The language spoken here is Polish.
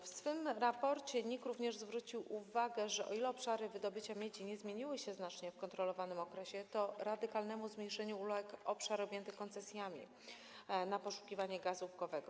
W swym raporcie NIK zwraca również uwagę, że o ile obszary wydobycia miedzi nie zmieniły się znacznie w kontrolowanym okresie, to radykalnemu zmniejszeniu uległ obszar objęty koncesjami na poszukiwanie gazu łupkowego.